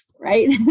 Right